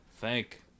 Thank